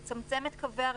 לצמצם את קווי הרכבת,